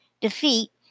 defeat